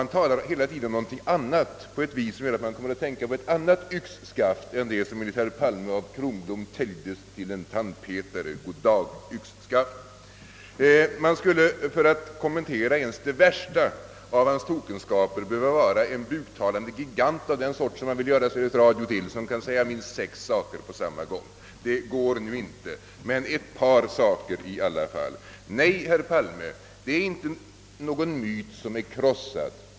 Han talar hela tiden om någonting annat på ett vis som gör att jag kommer att tänka på ett annat yxskaft än det som enligt herr Palme av Kronblom täljdes till en tandpetare: Goddag yxskaft. För att kommentera det värsta av hans tokenskaper skulle man behöva vara en buktalande gigant av den sort herr Palme vill göra Sveriges Radio till och som kan säga minst sex saker på samma gång. Det går nu inte, men ett par saker vill jag i alla fall beröra. Nej, herr Palme, det är inte någon myt som är krossad.